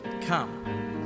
Come